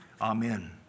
Amen